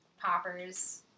poppers